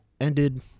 ended